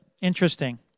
interesting